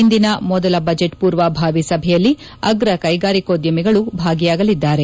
ಇಂದಿನ ಮೊದಲ ಬಜೆಟ್ ಪೂರ್ವಭಾವಿ ಸಭೆಯಲ್ಲಿ ಅಗ್ರ ಕೈಗಾರಿಕೋದ್ಯಮಿಗಳು ಭಾಗಿಯಾಗಲಿದ್ದಾರೆ